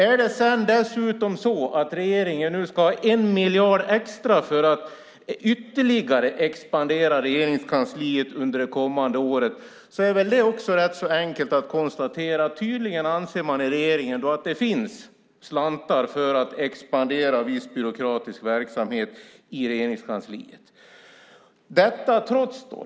Är det dessutom så att regeringen ska ha 1 miljard extra för att ytterligare expandera Regeringskansliet under det kommande året är det rätt enkelt att konstatera att man i regeringen tydligen anser att det finns slantar för att expandera viss byråkratisk verksamhet i Regeringskansliet.